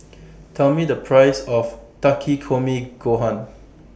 Tell Me The Price of Takikomi Gohan